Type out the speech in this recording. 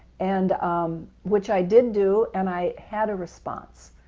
and um which i did do, and i had a response,